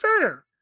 fair